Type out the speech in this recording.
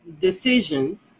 decisions